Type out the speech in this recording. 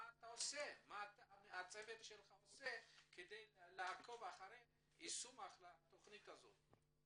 מה הצוות שלך עושה כדי לעקוב אחרי יישום התכנית הזאת?